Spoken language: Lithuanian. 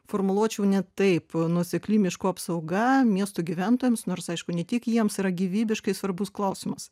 formuluočiau ne taip nuosekli miškų apsauga miestų gyventojams nors aišku ne tik jiems yra gyvybiškai svarbus klausimas